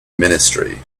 ministry